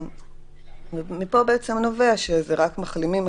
מפה נובע שזה רק מחלימים,